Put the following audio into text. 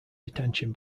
detention